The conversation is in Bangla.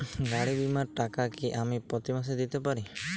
গাড়ী বীমার টাকা কি আমি প্রতি মাসে দিতে পারি?